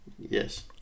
Yes